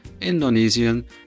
Indonesian